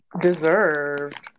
Deserved